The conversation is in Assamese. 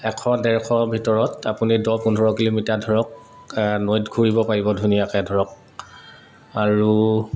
এশ ডেৰশ ভিতৰত আপুনি দহ পোন্ধৰ কিলোমিটাৰ ধৰক নৈত ঘূৰিব পাৰিব ধুনীয়াকৈ ধৰক আৰু